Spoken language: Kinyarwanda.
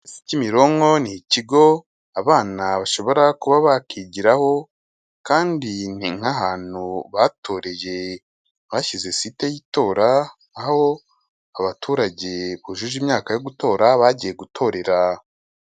Kimironko ni ikigo abana bashobora kuba bakigiraho, kandi ni nk'ahantu batoreye bashyize site y'itora, aho abaturage bujuje imyaka yo gutora bagiye gutorera.